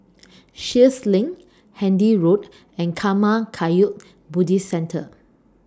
Sheares LINK Handy Road and Karma Kagyud Buddhist Centre